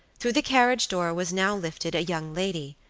through the carriage door was now lifted a young lady,